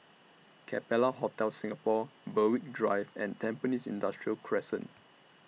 Capella Hotel Singapore Berwick Drive and Tampines Industrial Crescent